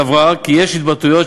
סברה כי יש התבטאויות